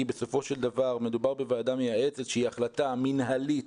בסופו של דבר מדובר בוועדה מייעצת שהיא החלטה מינהלית